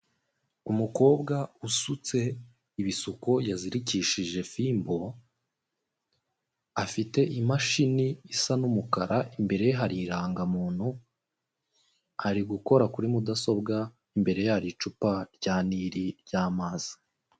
Umukobwa usutse ibisuko yazirikishije fimbo, afite imashini isa n'umukara imbere ye hari irangamuntu, ari gukora kuri mudasobwa imbere hari icupa rya nili ry'amazi.